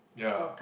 ya